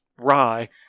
rye